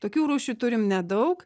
tokių rūšių turim nedaug